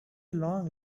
long